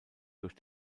durch